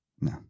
No